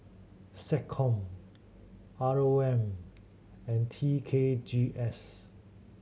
SecCom R O M and T K G S